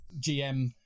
GM